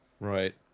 Right